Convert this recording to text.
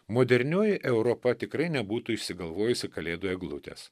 modernioji europa tikrai nebūtų išsigalvojusi kalėdų eglutės